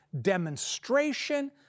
demonstration